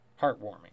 Heartwarming